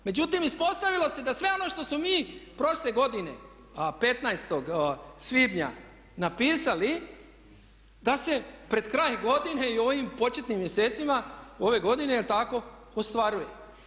Međutim, ispostavilo se da sve ono što smo mi prošle godine 15.svibnja napisali da se pred kraj godine i u ovim početnim mjesecima ove godine jel tako ostvaruje.